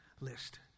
list